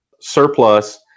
surplus